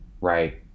right